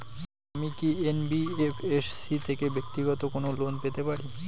আমি কি এন.বি.এফ.এস.সি থেকে ব্যাক্তিগত কোনো লোন পেতে পারি?